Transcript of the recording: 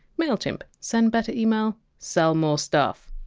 mailchimp send better email, sell morestuff